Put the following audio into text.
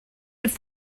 have